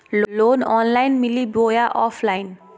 Loan online मिली बोया offline?